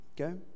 okay